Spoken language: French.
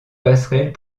passerelles